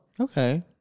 Okay